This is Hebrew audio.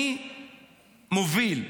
אני מוביל.